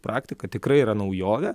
praktika tikrai yra naujovė